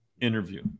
interview